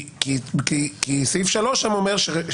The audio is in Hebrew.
כי סעיף (3) שם אומר,